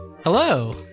Hello